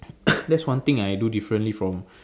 that's one thing I do differently from